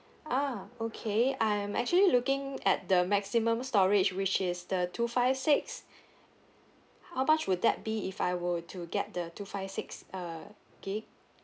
ah okay I'm actually looking at the maximum storage which is the two five six how much would that be if I were to get the two five six uh gig